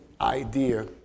idea